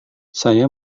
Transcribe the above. saya